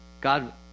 God